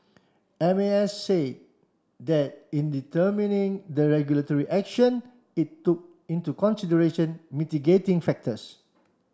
M A S say that in determining the regulatory action it took into consideration mitigating factors